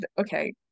Okay